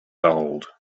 old